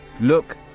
Look